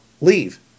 Leave